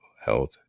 health